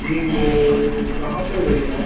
जी वह कहाँ पर हो भैया आप